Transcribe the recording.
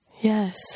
Yes